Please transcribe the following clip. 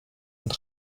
und